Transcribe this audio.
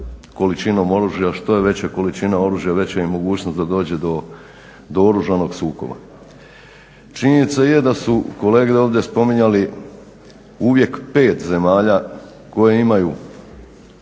količinom oružja. Što je veća količina oružja veća je i mogućnost da dođe do oružanog sukoba. Činjenica je da su kolege ovdje spominjali uvijek 5 zemalja koje imaju